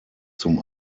zum